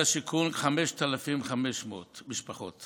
5,500 משפחות